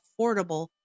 affordable